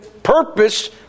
Purpose